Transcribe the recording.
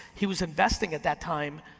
he was investing at that time,